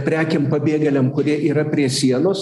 prekėm pabėgėliam kurie yra prie sienos